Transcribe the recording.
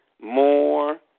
more